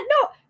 no